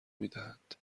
میدهند